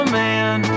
man